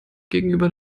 gegenüber